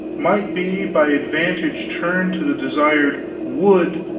might be by advantage turned to the desired would,